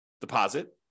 deposit